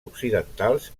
occidentals